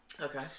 Okay